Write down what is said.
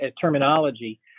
terminology